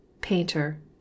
painter